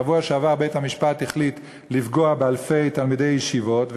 בשבוע שעבר בית-המשפט החליט לפגוע באלפי תלמידי ישיבות,